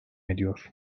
ediyor